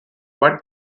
but